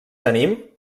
tenim